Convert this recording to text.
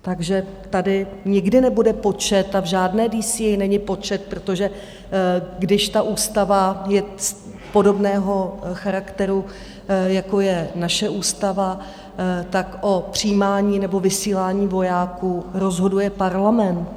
Takže tady nikdy nebude počet a v žádné DCA není počet, protože když ta ústava je podobného charakteru, jako je naše ústava, tak o přijímání nebo vysílání vojáků rozhoduje Parlament.